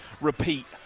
repeat